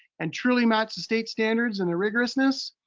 and truly match the state standards in their rigorousness.